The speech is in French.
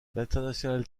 l’international